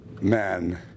Man